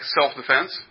self-defense